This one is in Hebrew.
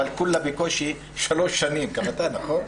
אבל אני בסך הכול בקושי שלוש שנים בכנסת.